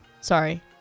sorry